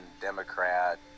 Democrat